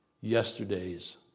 yesterday's